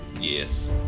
Yes